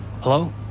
Hello